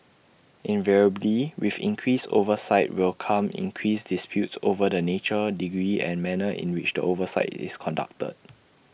invariably with increased oversight will come increased disputes over the nature degree and manner in which the oversight is conducted